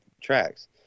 tracks